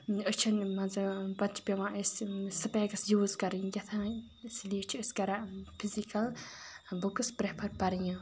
أچھَن مانٛژٕ پَتہٕ چھِ پٮ۪وان اَسہِ سِپیکٕس یوٗز کَرٕنۍ کیٛاتھانۍ اِسی لیے چھِ أسۍ کَران فِزِکَل بُکٕس پرٛفَر پَرٕنہِ